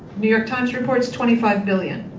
new york times reports twenty five billion.